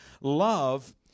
love